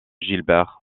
gilbert